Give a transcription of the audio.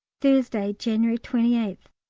thursday, january twenty eighth.